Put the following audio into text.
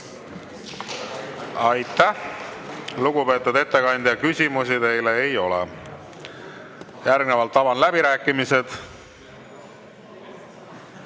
Aitäh, lugupeetud ettekandja! Küsimusi teile ei ole. Järgnevalt avan läbirääkimised.